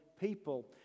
people